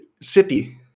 city